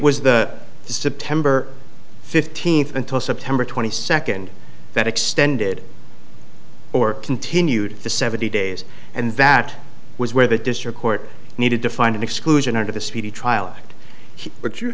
was the is to temper fifteenth until september twenty second that extended or continued the seventy days and that was where the district court needed to find an exclusion under the speedy trial act but you